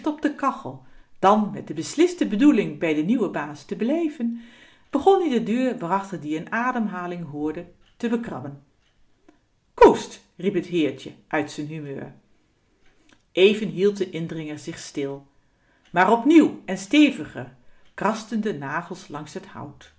de kachel dan met de besliste bedoeling bij den nieuwen baas te blijven begon ie de deur waarachter ie n ademhaling hoorde te bekrabben koescht riep het heertje uit z'n humeur even hield de indringer zich stil maar opnieuw en steviger krasten de nagels langs't hout